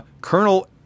Colonel